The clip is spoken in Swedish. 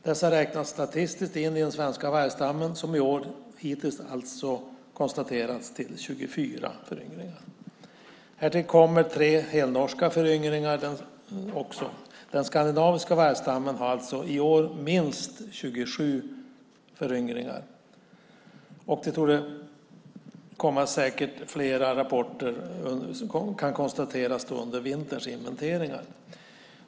Dessa räknas statistiskt in i den svenska vargstammen som hittills i år alltså konstaterats ha fått 24 föryngringar. Härtill kommer 3 helnorska föryngringar. Den skandinaviska vargstammen har alltså i år minst 27 föryngringar. Det torde säkert komma flera rapporter under vinterns inventeringar.